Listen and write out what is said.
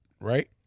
right